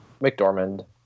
McDormand